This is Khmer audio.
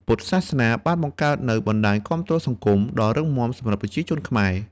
ពុទ្ធសាសនាបានបង្កើតនូវ បណ្ដាញគាំទ្រសង្គម ដ៏រឹងមាំសម្រាប់ប្រជាជនខ្មែរ។